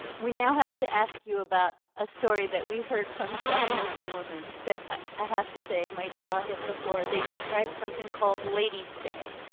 we now have to ask you about a story that we heard from several of the woman that i have to say. my jaw hit the floor. they described something called ladies' day